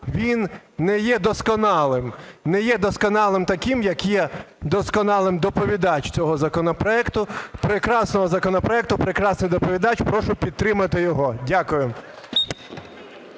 він не є досконалим. Не є досконалим таким, як є досконалим доповідач цього законопроекту, прекрасного законопроекту прекрасний доповідач. Прошу підтримати його. Дякую.